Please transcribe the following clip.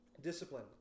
Discipline